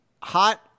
hot